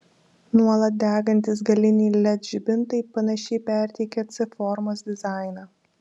nuolat degantys galiniai led žibintai panašiai perteikia c formos dizainą